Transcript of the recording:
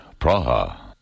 Praha